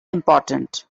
important